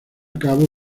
cabo